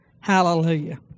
Hallelujah